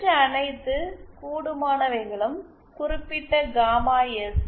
மற்ற அனைத்து கூடுமானவைகளும் குறிப்பிட்ட காமா எஸ்